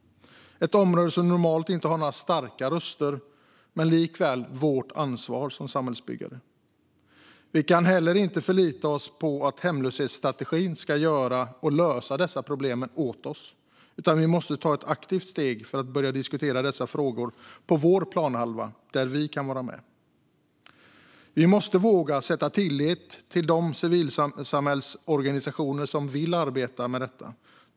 Det här är ett område som normalt inte har några starka röster, men likväl är det vårt ansvar som samhällsbyggare. Vi kan heller inte förlita oss på att hemlöshetsstrategin ska lösa dessa problem åt oss, utan vi måste ta ett aktivt steg för att börja diskutera dessa frågor på vår planhalva, där vi kan vara med. Vi måste våga sätta tillit till de civilsamhällesorganisationer som vill arbeta med detta.